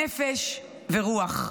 נפש ורוח.